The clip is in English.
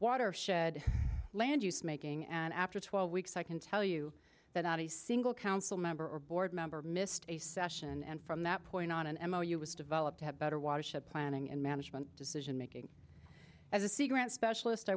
watershed land use making after twelve weeks i can tell you that not a single council member or board member missed a session and from that point on an m o u was developed to have better watership planning and management decision making as a see grant specialist i